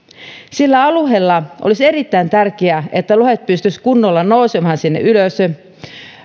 sillä alueella olisi erittäin tärkeää että lohet pystyisivät kunnolla nousemaan ylös